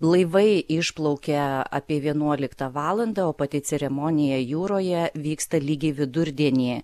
laivai išplaukia apie vienuoliktą valandą o pati ceremonija jūroje vyksta lygiai vidurdienį